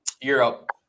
Europe